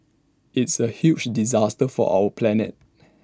it's A huge disaster for our planet